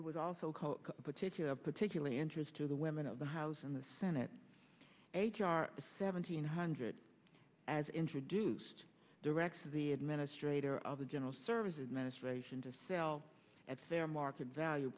it was also called particular particularly interest to the women of the house and the senate h r seventeen hundred as introduced directs the administrator of the general services administration to sell at fair market value